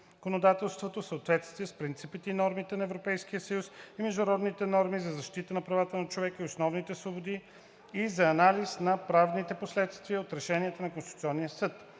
законодателството в съответствие с принципите и нормите на Европейския съюз и международните норми за защита на правата на човека и основните свободи и за анализ на правните последици от решенията на Конституционния съд.